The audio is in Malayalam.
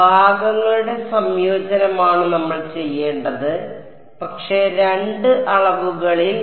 അതിനാൽ ഭാഗങ്ങളുടെ സംയോജനമാണ് നമ്മൾ ചെയ്യേണ്ടത് പക്ഷേ രണ്ട് അളവുകളിൽ